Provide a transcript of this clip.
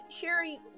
Sherry